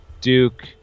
duke